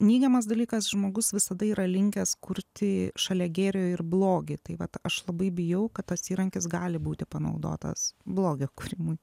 neigiamas dalykas žmogus visada yra linkęs kurti šalia gėrio ir blogį tai vat aš labai bijau kad tas įrankis gali būti panaudotas blogio kūrimui